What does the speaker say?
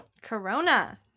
corona